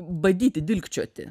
badyti dilgčioti